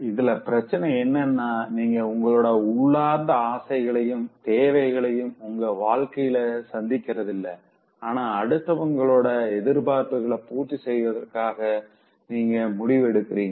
இதுல பிரச்சனை என்னன்னா நீங்க உங்களோட உள்ளார்ந்த ஆசைகளையும் தேவைகளையும் உங்க வாழ்க்கைல சந்திக்கிறதில்ல ஆனா அடுத்தவங்களோட எதிர்பார்ப்புகள பூர்த்தி செய்வதற்கு நீங்க முடிவெடுக்கிறீங்க